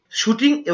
shooting